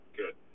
good